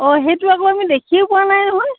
অঁ সেইটো আকৌ আমি দেখিয়েই পোৱা নাই নহয়